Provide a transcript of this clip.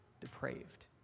depraved